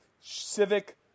Civic